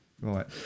Right